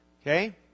Okay